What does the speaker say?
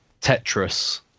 Tetris